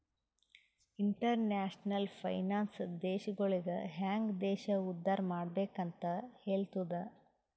international finance ದೇಶಗೊಳಿಗ ಹ್ಯಾಂಗ್ ದೇಶ ಉದ್ದಾರ್ ಮಾಡ್ಬೆಕ್ ಅಂತ್ ಹೆಲ್ತುದ